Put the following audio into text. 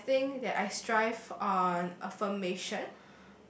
and I think that I strive on affirmation